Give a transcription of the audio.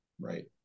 Right